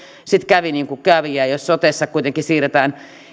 sitten kävi niin kuin kävi jos sotessa kuitenkin siirretään